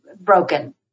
broken